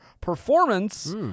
*Performance*